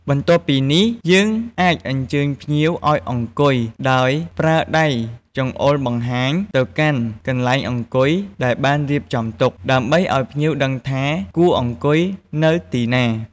បន្ទាប់ពីនេះ យើងអាចអញ្ជើញភ្ញៀវឲ្យអង្គុយដោយប្រើដៃចង្អុលបង្ហាញទៅកាន់កន្លែងអង្គុយដែលបានរៀបចំទុក ដើម្បីឲ្យភ្ញៀវដឹងថាគួរអង្គុយនៅទីណា។